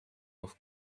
off